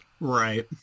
Right